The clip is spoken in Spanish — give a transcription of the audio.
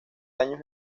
daños